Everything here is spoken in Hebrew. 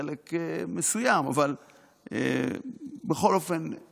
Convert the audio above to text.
חלק מסוים, אבל בכל אופן הם